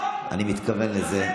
אני מתכוון לזה,